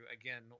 again